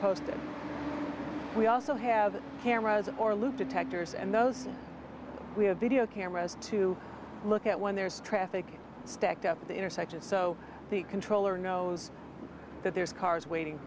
posted we also have cameras or loop detectors and those we have video cameras to look at when there's traffic stacked up at the intersection so the controller knows that there's cars waiting